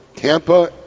Tampa